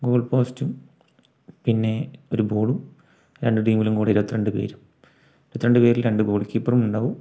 goal പോസ്റ്റും പിന്നെ ഒരു ബോളും രണ്ട് ടീമിലും കൂടി ഇരുപത്തിരണ്ട് പേരും ഇരുപത്തിരണ്ട് പേരിൽ രണ്ട് ഗോൾ കീപ്പറും ഉണ്ടാവും